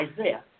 Isaiah